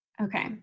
Okay